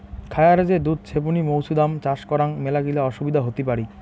খায়ারে যে দুধ ছেপনি মৌছুদাম চাষ করাং মেলাগিলা অসুবিধা হতি পারি